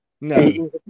No